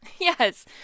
Yes